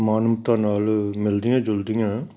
ਮਾਨਵਤਾ ਨਾਲ ਮਿਲਦੀਆਂ ਜੁਲਦੀਆਂ